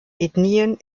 ethnien